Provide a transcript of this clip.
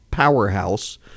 powerhouse